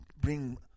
bring